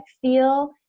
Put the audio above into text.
feel